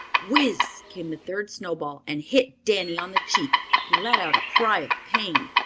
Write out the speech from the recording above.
whiz! came the third snowball and hit danny on the cheek. he let out a cry of pain.